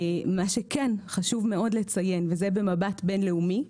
מה שכן וחשוב מאוד לציין, וזה במבט בין-לאומי: